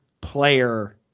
player